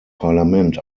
parlament